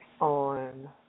on